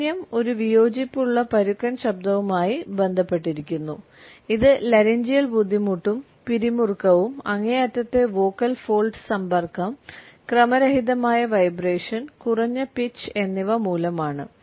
കാഠിന്യം ഒരു വിയോജിപ്പുള്ള പരുക്കൻ ശബ്ദവുമായി ബന്ധപ്പെട്ടിരിക്കുന്നു ഇത് ലാറിൻജിയൽ ബുദ്ധിമുട്ടും പിരിമുറുക്കവും അങ്ങേയറ്റത്തെ വോക്കൽ ഫോൾഡ് സമ്പർക്കം ക്രമരഹിതമായ വൈബ്രേഷൻ കുറഞ്ഞ പിച്ച് എന്നിവ മൂലമാണ്